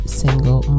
single